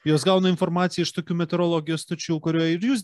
jos gauna informaciją iš tokių meteorologijos stočių kurioje ir jūs